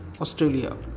Australia